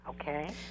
Okay